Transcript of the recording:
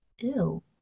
ew